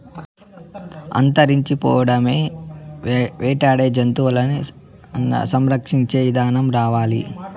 అంతరించిపోతాండే వేటాడే జంతువులను సంరక్షించే ఇదానం రావాలి